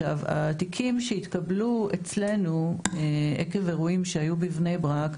התיקים שהתקבלו אצלנו עקב אירועים שהיו בבני ברק,